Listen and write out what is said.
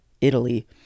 Italy